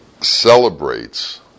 celebrates